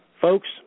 Folks